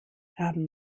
haben